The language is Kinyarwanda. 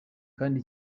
kandi